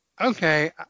okay